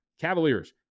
Cavaliers